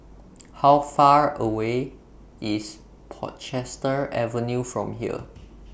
How Far away IS Portchester Avenue from here